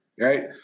right